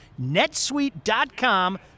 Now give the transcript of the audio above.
netsuite.com